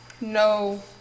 no